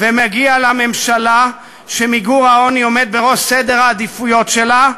ומגיעה לה ממשלה שמיגור העוני עומד בראש סדר העדיפויות שלה,